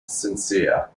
sincere